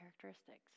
characteristics